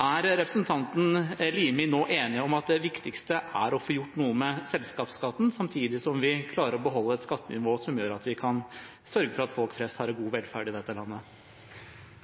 Er representanten Limi enig i at det viktigste er å få gjort noe med selskapsskatten, samtidig som vi klarer å beholde et skattenivå som gjør at vi kan sørge for at folk flest har en god velferd i dette landet?